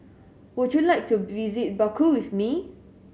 would you like to visit Baku with me